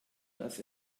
dass